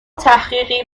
تحقیقی